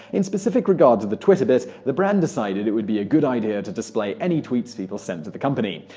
in specific regard to the twitter bit, the brand decided it would be a good idea to display any tweets people sent to the company.